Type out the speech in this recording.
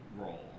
role